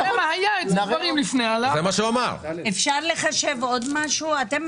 מה היה לגברים לפני העלאת גיל הפרישה.